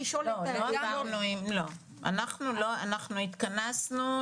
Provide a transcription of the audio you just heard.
אנחנו התכנסנו.